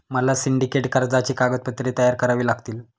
मला सिंडिकेट कर्जाची कागदपत्रे तयार करावी लागतील